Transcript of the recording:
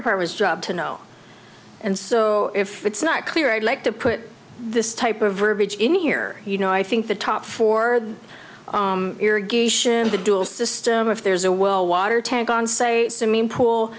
department's job to know and so if it's not clear i'd like to put this type of verbiage in here you know i think the top for irrigation the dual system if there's a well water tank on say swimming pool